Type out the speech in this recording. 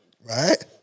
Right